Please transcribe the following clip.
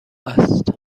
است